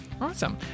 awesome